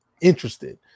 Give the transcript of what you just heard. interested